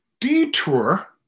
detour